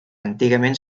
antigament